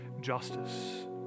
justice